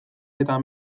eta